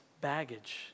baggage